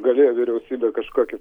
galėjo vyriausybė kažkokį